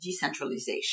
decentralization